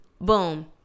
boom